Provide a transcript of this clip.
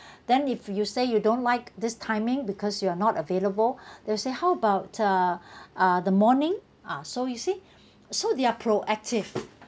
then if you say you don't like this timing because you are not available they will say how about uh uh the morning ah so you see so they are proactive